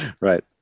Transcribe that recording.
Right